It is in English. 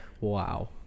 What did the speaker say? Wow